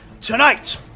tonight